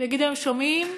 ויגידו להם: שומעים?